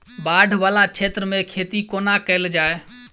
बाढ़ वला क्षेत्र मे खेती कोना कैल जाय?